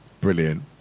brilliant